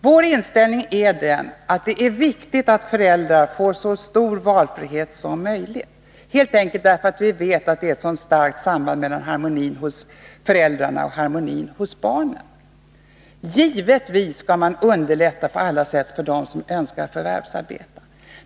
Vårinställning är den att det är viktigt att föräldrar får så stor valfrihet som möjligt, helt enkelt därför att vi vet att det är ett så starkt samband mellan harmonin hos föräldrarna och harmonin hos barnen. Givetvis skall man på alla sätt underlätta för dem som önskar förvärvsarbeta.